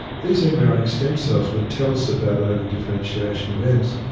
these embryonic stem cells would tell us about early differentiation events.